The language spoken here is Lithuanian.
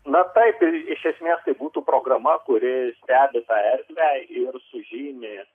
na taip ir iš esmės tai būtų programa kuri stebi tą erdvę ir sužymi